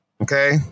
Okay